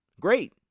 great